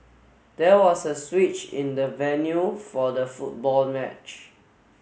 there was a switch in the venue for the football match